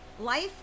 life